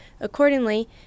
Accordingly